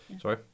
Sorry